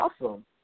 Awesome